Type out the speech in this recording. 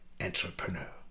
entrepreneur